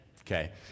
Okay